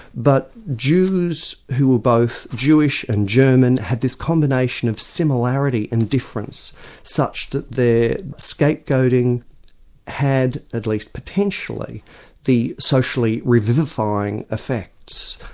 but jews who were both jewish and german had this combination of similarity and difference such that their scapegoating had at least potentially the socially revivifying effects.